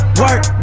work